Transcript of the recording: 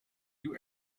you